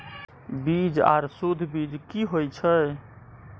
बीज आर सुध बीज की होय छै?